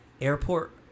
Airport